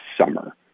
summer